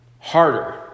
Harder